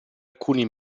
alcuni